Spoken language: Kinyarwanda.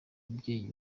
ababyeyi